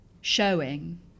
showing